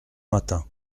matin